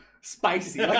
spicy